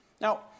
Now